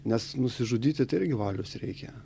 nes nusižudyti tai irgi valios reikia